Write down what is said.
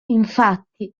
infatti